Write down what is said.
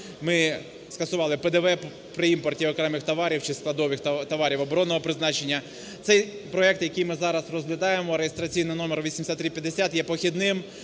ми скасували ПДВ при імпорті окремих товарів чи складових товарів оборонного призначення. Цей проект, який ми зараз розглядаємо, реєстраційний номер 8350, є похідним.